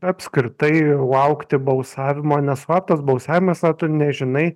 apskritai laukti balsavimo nes slaptas balsavimas na tu nežinai